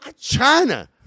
China